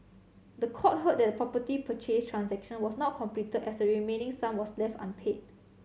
the court heard that the property purchase transaction was not completed as the remaining sum was left unpaid